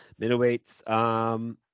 middleweights